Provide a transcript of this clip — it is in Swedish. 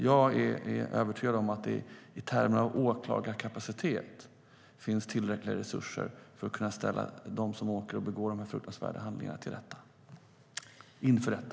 Jag är övertygad om att det i termer av åklagarkapacitet finns tillräckliga resurser för att kunna ställa dem som åker och begår de fruktansvärda handlingarna inför rätta.